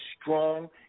strong